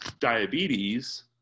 diabetes